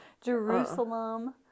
Jerusalem